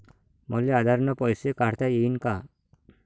मले आधार न पैसे काढता येईन का?